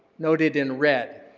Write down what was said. noted in red.